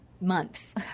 months